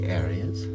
areas